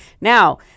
now